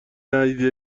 ندیده